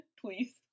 please